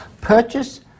Purchase